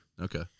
Okay